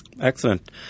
Excellent